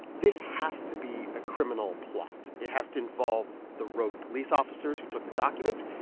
this has to be a criminal plot. it has to involve the rogue police officers who took the documents.